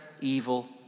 evil